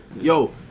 Yo